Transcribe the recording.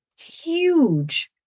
huge